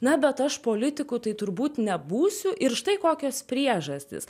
na bet aš politiku tai turbūt nebūsiu ir štai kokios priežastys